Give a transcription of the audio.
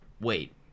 wait